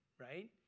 right